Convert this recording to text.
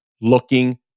looking